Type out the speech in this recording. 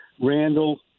Randall